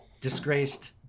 disgraced